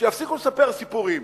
שיפסיקו לספר סיפורים,